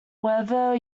wherever